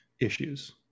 issues